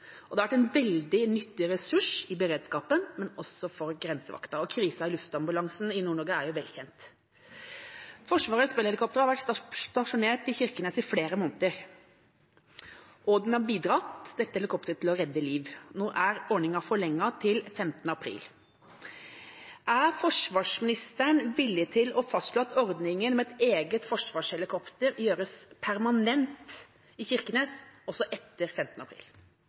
Det har vært en veldig nyttig ressurs i beredskapen, men også for grensevakta, og krisen i luftambulansen i Nord-Norge er jo vel kjent. Forsvarets Bell-helikopter har vært stasjonert i Kirkenes i flere måneder, og dette helikopteret har bidratt til å redde liv. Nå er ordningen forlenget til 15. april. Er forsvarsministeren villig til å fastslå at ordningen med et eget forsvarshelikopter i Kirkenes gjøres permanent også etter 15. april?